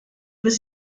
was